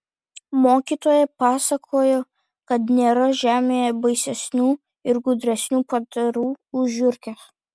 mokytoja pasakojo kad nėra žemėje baisesnių ir gudresnių padarų už žiurkes